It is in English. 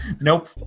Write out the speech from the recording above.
Nope